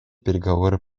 переговоры